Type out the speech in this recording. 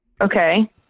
Okay